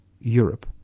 Europe